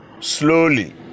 slowly